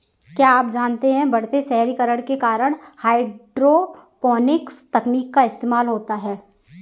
क्या आप जानते है बढ़ते शहरीकरण के कारण हाइड्रोपोनिक्स तकनीक का इस्तेमाल होता है?